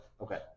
Okay